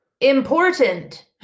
important